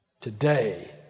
Today